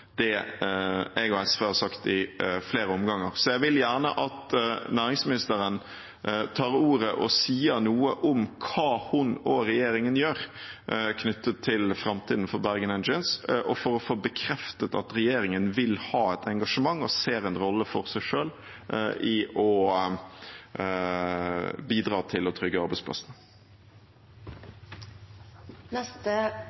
det jeg og SV har sagt i flere omganger. Så jeg vil gjerne at næringsministeren tar ordet og sier noe om hva hun og regjeringen gjør knyttet til framtiden for Bergen Engines, for å få bekreftet at regjeringen vil ha et engasjement og ser en rolle for seg selv i å bidra til å trygge arbeidsplassene.